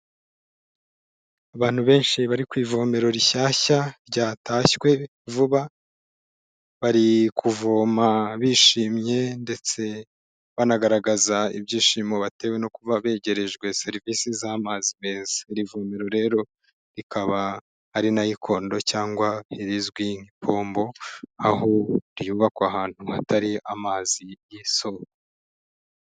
Abantu benshi bari ku ivomero rishyashya ryatashywe vuba. Bari kuvoma bishimye ndetse banagaragaza ibyishimo batewe no kuba begerejwe serivisi z'amazi meza. Iri vomero rero rikaba ari nayo ikondo cyangwa rizwi nk'ipombo aho ryubakwa ahantu hatari amazi y'isoko.